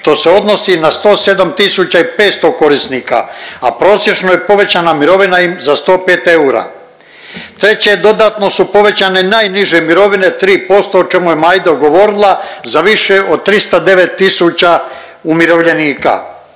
što se odnosi na 107.500 korisnika, a prosječno je povećana mirovina im za 105 eura. Treće, dodatno su povećane najniže mirovine 3% o čemu je Majda govorila za više od 309 tisuća umirovljenika.